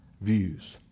views